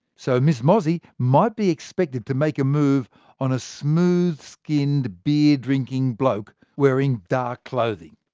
so miss mozzie might be expected to make a move on a smooth-skinned beer-drinking bloke wearing dark clothing.